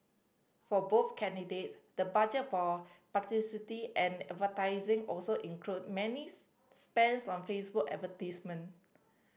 for both candidates the budget for publicity and advertising also included many spents on Facebook advertisement